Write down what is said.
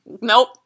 Nope